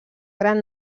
gran